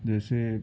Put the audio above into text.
جیسے